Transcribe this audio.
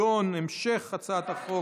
ובהמשך הצעת החוק